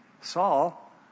Saul